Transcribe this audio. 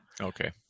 Okay